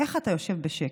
איך אתה יושב בשקט,